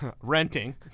Renting